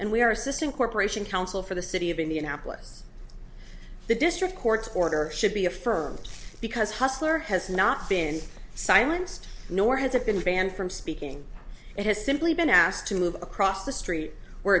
and we are assisting corporation counsel for the city of indianapolis the district court order should be affirmed because hustler has not been silenced nor has it been banned from speaking it has simply been asked to move across the street were